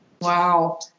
Wow